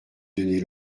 donner